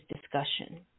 discussion